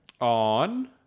On